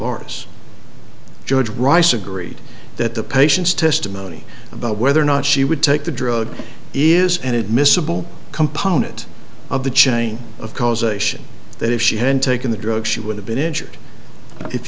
is judge rice agreed that the patient's testimony about whether or not she would take the drug is and admissible component of the chain of causation that if she hadn't taken the drug she would have been injured if